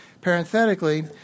Parenthetically